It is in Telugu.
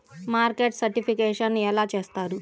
మార్కెట్ సర్టిఫికేషన్ ఎలా చేస్తారు?